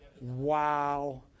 Wow